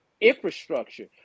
infrastructure